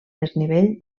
desnivell